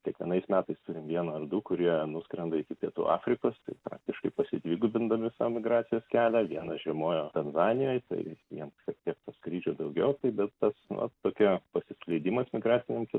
kiekvienais metais turim vieną ar du kurie nuskrenda iki pietų afrikos tai praktiškai pasidvigubindami savo migracijos kelią vienas žiemojo tanzanijoj tai jam šiek tiek to skrydžio daugiau taip bet tas na tokia pasiskleidimas migracinis